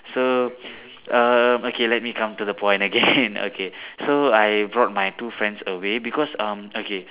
so um okay let me come to the point again okay so I brought my two friends away because um okay